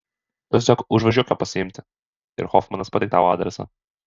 tu tiesiog užvažiuok jo pasiimti ir hofmanas padiktavo adresą